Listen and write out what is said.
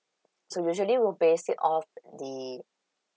so usually we'll base it off the